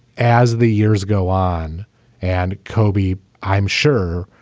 as the years go on and kobe, i'm sure,